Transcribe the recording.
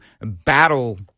battle